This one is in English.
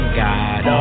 god